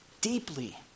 deeply